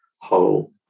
whole